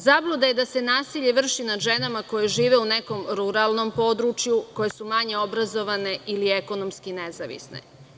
Zabluda je da se nasilje vrši nad ženama koje žive u nekom ruralnom području, koje su manje obrazovane i ekonomske nezavisne.